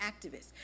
activists